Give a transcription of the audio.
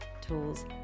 tools